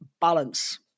balance